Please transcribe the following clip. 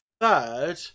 third